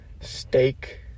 Steak